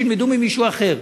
שילמדו ממישהו אחר,